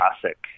classic